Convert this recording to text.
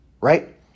right